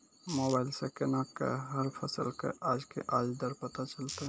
Mobile सऽ केना कऽ हर फसल कऽ आज के आज दर पता चलतै?